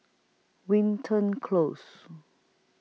Wilton Close